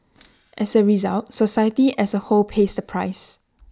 as A result society as A whole pays the price